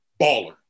baller